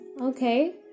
Okay